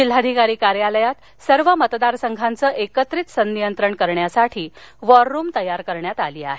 जिल्हाधिकारी कार्यालयात सर्वमतदारसंघाचे एकत्रित सनियंत्रण करण्यासाठी वॉर रूम तयार केली आहे